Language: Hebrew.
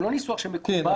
הוא לא ניסוח מקובל.